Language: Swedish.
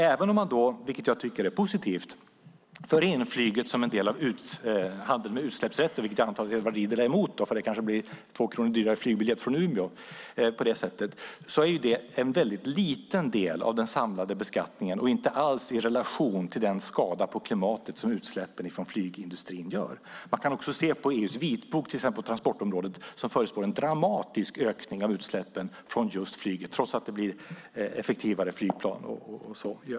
Även om man, vilket jag tycker är positivt, för in flyget som en del av handeln med utsläppsrätter, vilket jag antar att Edward Riedl är emot därför att det kanske ger 2 kronor dyrare flygbiljetter från Umeå, är det en mycket liten del av den samlade beskattningen och inte alls i relation till den skada på klimatet som utsläppen från flygindustrin gör. Man kan se att EU:s vitbok på transportområdet förutspår en dramatisk ökning av utsläppen från just flyget, trots att det blir effektivare flygplan.